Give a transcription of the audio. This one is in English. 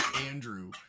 andrew